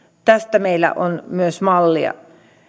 tästä meillä on myös malleja